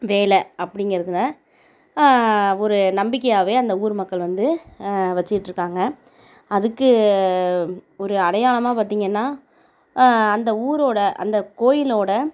வேலை அப்டிங்கிறதில் ஒரு நம்பிக்கையாகவே அந்த ஊர் மக்கள் வந்து வெச்சிகிட்ருக்காங்க அதுக்கு ஒரு அடையாளமாக பார்த்தீங்கன்னா அந்த ஊரோட அந்த கோவிலோட